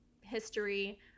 history